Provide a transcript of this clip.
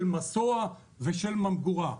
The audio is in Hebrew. של מסוע ושל ממגורה,